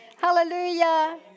Hallelujah